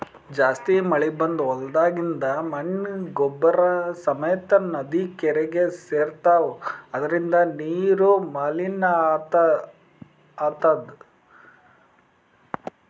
ಜಾಸ್ತಿ ಮಳಿ ಬಂದ್ ಹೊಲ್ದಾಗಿಂದ್ ಮಣ್ಣ್ ಗೊಬ್ಬರ್ ಸಮೇತ್ ನದಿ ಕೆರೀಗಿ ಸೇರ್ತವ್ ಇದರಿಂದ ನೀರು ಮಲಿನ್ ಆತದ್